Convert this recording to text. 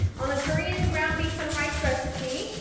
on the korean ground beef and rice recipe,